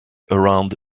around